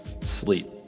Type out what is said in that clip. Sleep